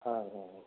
ହଁ ହଁ